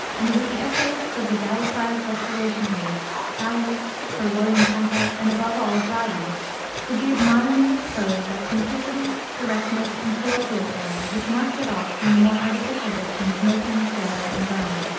and it was the essayists of the gallicised restoration age cowley, sir william temple, and, above all, dryden who gave modern english prose that simplicity, directness, and colloquial air, which marks it off from the more artificial diction of milton, taylor, and browne.